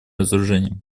разоружение